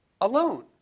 alone